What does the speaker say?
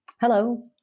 Hello